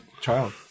child